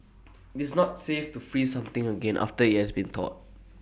it's not safe to freeze something again after IT has been thawed